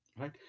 right